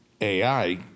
AI